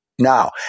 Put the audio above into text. Now